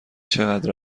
چقدر